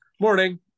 morning